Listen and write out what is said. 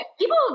people